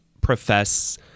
profess